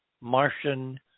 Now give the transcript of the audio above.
Martian